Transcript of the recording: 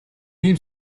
ийм